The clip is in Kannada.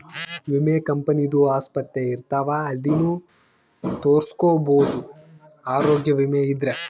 ವಿಮೆ ಕಂಪನಿ ದು ಆಸ್ಪತ್ರೆ ಇರ್ತಾವ ಅಲ್ಲಿನು ತೊರಸ್ಕೊಬೋದು ಆರೋಗ್ಯ ವಿಮೆ ಇದ್ರ